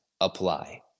apply